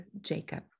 Jacob